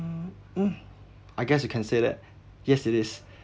I guess you can say that yes it is